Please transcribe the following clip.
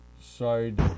side